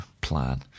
plan